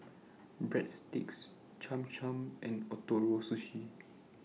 Breadsticks Cham Cham and Ootoro Sushi